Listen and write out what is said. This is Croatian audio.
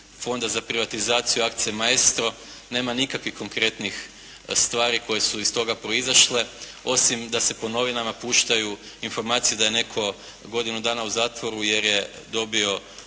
Fonda za privatizaciju akcije "Maestro" nema nikakvih konkretnih stvari koje su iz toga proizašle osim da se po novinama puštaju informacije da je netko godinu nada u zatvoru jer je dobio